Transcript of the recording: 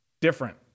different